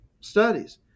studies